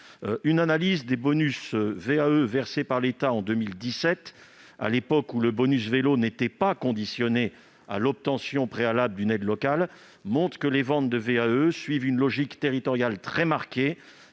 Une analyse des bonus VAE versés par l'État en 2017- le bonus vélo n'était alors pas conditionné à l'obtention préalable d'une aide locale -montre que les ventes de VAE suivent une logique territoriale très marquée.